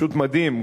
פשוט מדהים,